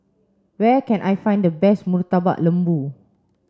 where can I find the best Murtabak Lembu